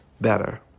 better